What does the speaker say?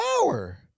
power